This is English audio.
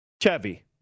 Chevy